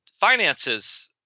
finances –